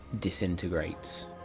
disintegrates